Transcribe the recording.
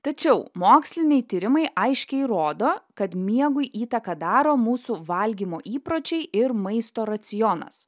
tačiau moksliniai tyrimai aiškiai rodo kad miegui įtaką daro mūsų valgymo įpročiai ir maisto racionas